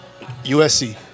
USC